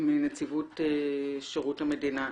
ומנציבות שירות המדינה.